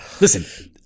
listen